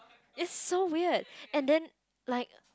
it's so weird and then like